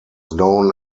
known